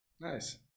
Nice